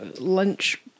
lunch